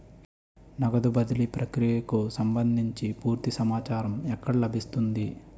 నగదు బదిలీ ప్రక్రియకు సంభందించి పూర్తి సమాచారం ఎక్కడ లభిస్తుంది?